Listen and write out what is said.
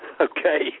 Okay